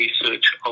research